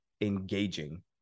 engaging